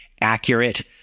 accurate